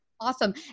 Awesome